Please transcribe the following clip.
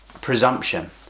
presumption